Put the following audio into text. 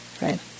right